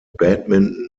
badminton